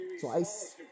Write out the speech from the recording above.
Twice